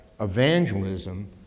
evangelism